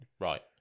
right